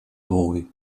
boy